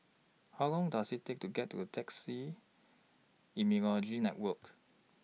How Long Does IT Take to get to A Taxi Immunology Network